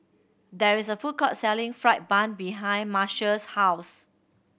there is a food court selling fried bun behind Marshall's house